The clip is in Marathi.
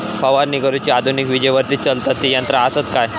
फवारणी करुची आधुनिक विजेवरती चलतत ती यंत्रा आसत काय?